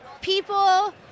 people